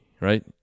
right